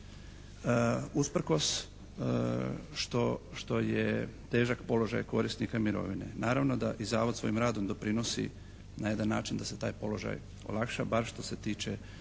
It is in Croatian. Usprkos što je težak položaj korisnika mirovine naravno da i zavod svojim radom doprinosi na jedan način da se taj položaj olakša bar što se tiče